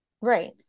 right